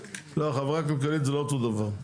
לא, חברה כלכלית זה לא אותו דבר.